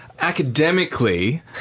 academically